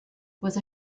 was